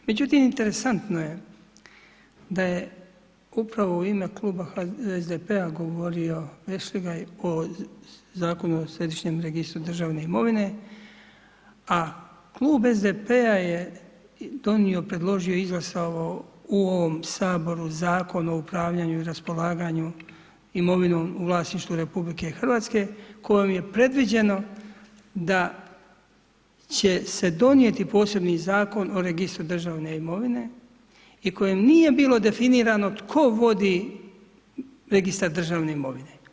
Međutim, interesantno je da je upravo u ime Kluba SDP-a govorio Vešligaj o Zakonu o središnjem registru državne imovine, a Klub SDP-a je donio, predložio, izglasao u ovom Saboru Zakon o upravljanju i raspolaganju imovinom u vlasništvu RH kojom je predviđeno da će se donijeti posebni Zakon o registru državne imovine i kojem nije bilo definirano tko vodi registar državne imovine.